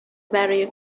برای